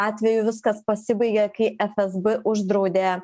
atveju viskas pasibaigė kai fsb uždraudė